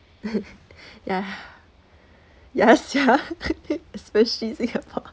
ya ya sia especially singapore